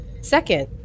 Second